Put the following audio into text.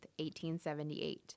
1878